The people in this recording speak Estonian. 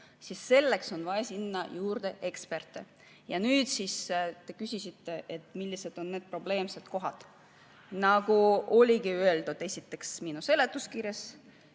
siis selleks on vaja sinna juurde eksperte. Te küsisite, millised on need probleemsed kohad. Nagu oligi öeldud esiteks minu seletuskirjas,